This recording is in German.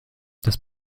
das